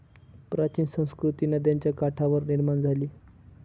प्राचीन संस्कृती नद्यांच्या काठावर निर्माण झाली